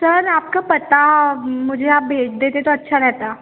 sir आपका पता मुझे आप भेज देते तो अच्छा रहता